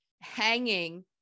Hanging